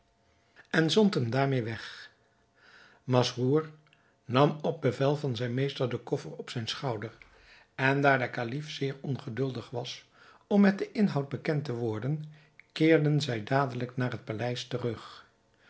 en zond hem daarmee weg masrour nam op bevel van zijn meester den koffer op zijn schouder en daar de kalif zeer ongeduldig was om met den inhoud bekend te worden keerden zij dadelijk naar het paleis terug